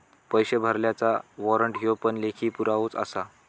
पैशे भरलल्याचा वाॅरंट ह्यो पण लेखी पुरावोच आसा